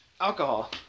alcohol